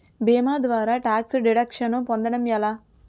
భీమా ద్వారా tax deduction పొందటం ఎలా?